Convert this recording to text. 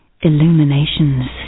Illuminations